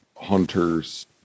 hunters